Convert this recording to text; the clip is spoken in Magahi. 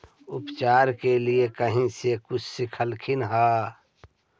उपचार के लीये कहीं से कुछ सिखलखिन हा?